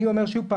אני אומר שוב,